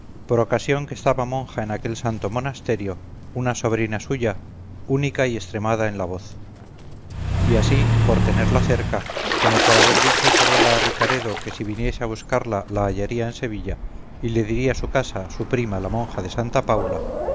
por ocasión que estaba monja en aquel santo monasterio una sobrina suya única y extremada en la voz y así por tenerla cerca como por haber dicho isabela a ricaredo que si viniese a buscarla la hallaría en sevilla y le diría su casa su prima la monja de santa paula